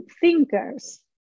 thinkers